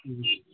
हुँ